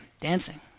dancing